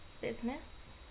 Business